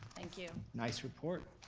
thank you. nice report,